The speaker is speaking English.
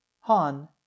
Han